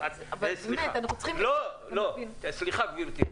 סליחה גבירתי,